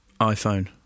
iPhone